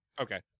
Okay